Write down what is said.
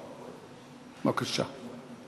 בבקשה.